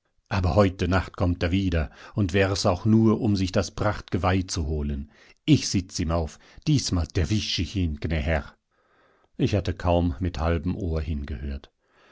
aber heut nacht kommt er wieder und wär es auch nur um sich das prachtgeweih zu holen ich sitz ihm auf diesmal derwisch ich ihn gnä herr ich hatte kaum mit halbem ohr hingehört